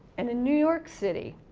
and, in new york city,